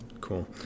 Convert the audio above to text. cool